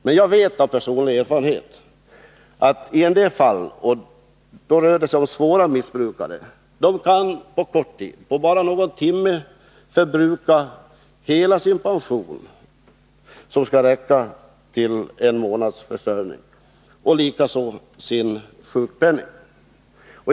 Men jag vet av personlig erfarenhet att en del människor — då rör det sig om svåra missbrukare — på kort tid, på bara någon timme, kan förbruka hela sin pension och sjukpenning, som skulle räcka till en månads försörjning.